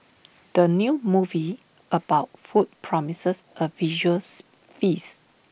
the new movie about food promises A visuals feast